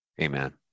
amen